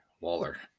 Waller